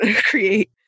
create